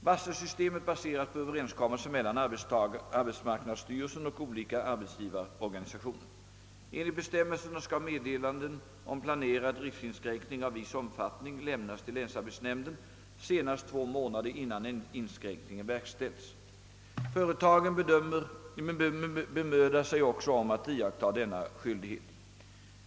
Varselsystemet baseras på Ööverenskommelser mellan arbetsmarknadsstyrelsen och olika arbetsgivarorganisationer. Enligt bestämmelserna skall meddelande om planerad driftsinskränkning av viss omfattning lämnas till länsarbetsnämnden senast två månader innan inskränkningen verkställs. Företagen bemödar sig också om att iaktta denna skyldighet.